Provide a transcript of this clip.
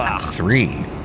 Three